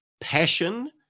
Passion